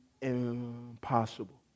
impossible